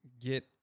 get